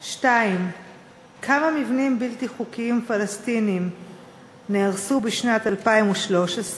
2. כמה מבנים בלתי חוקיים פלסטיניים נהרסו בשנת 2013?